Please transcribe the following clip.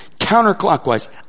counterclockwise